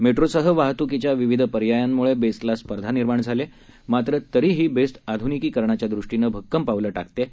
मेट्रोसहवाहतुकीच्याविविधपर्यायांमुळेबेस्टलास्पर्धानिर्माणझालीआहे मात्रतरीहीबेस्टआधुनिकीकरणाच्यादृष्टीनंभक्कमपावलंटाकतआहे